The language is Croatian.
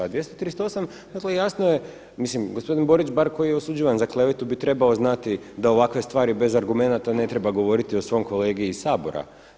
A 238. dakle jasno je mislim gospodin Borić bar koji je osuđivan za klevetu bi trebao znati da ovakve stvari bez argumenata ne treba govoriti o svom kolegi iz Sabora.